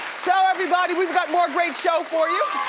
so everybody, we've got more great show for you.